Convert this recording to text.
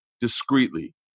discreetly